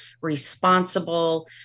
responsible